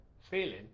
feeling